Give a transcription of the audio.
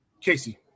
Casey